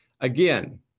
Again